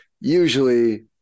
usually